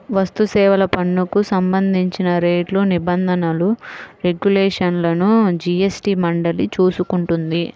వస్తుసేవల పన్నుకు సంబంధించిన రేట్లు, నిబంధనలు, రెగ్యులేషన్లను జీఎస్టీ మండలి చూసుకుంటుంది